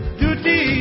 duty